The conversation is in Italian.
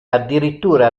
addirittura